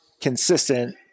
consistent